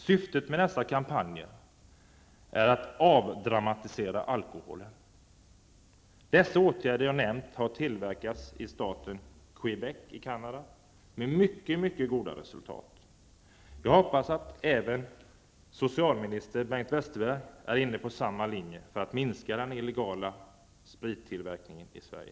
Syftet med dessa kampanjer är att avdramatisera alkoholen. De åtgärder jag har nämnt har använts i staten Quebec i Canada med mycket mycket goda resultat. Jag hoppas att även socialminister Bengt Westerberg är inne på samma linje i syfte att minska den illegala sprittillverkningen i Sverige.